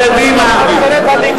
באותה ממשלה,